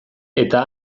eta